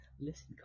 Listen